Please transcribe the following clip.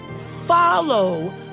follow